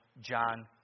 John